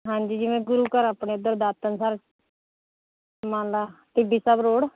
ਹਾਂਜੀ ਜਿਵੇਂ ਗੁਰੂ ਘਰ ਆਪਣੇ ਇੱਧਰ ਦਾਤਣਸਰ ਮੰਨ ਲਾ ਟਿੱਬੀ ਸਾਹਿਬ ਰੋਡ